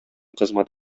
кызмат